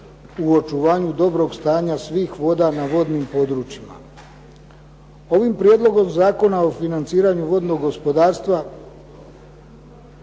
u očuvanju dobrog stanja svih voda na vodnim područjima. Ovim Prijedlogom zakona o financiranju vodnog gospodarstva